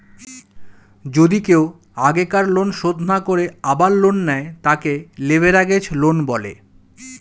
যদি কেও আগেকার লোন শোধ না করে আবার লোন নেয়, তাকে লেভেরাগেজ লোন বলে